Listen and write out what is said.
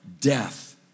death